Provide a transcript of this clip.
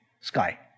sky